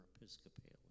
Episcopalian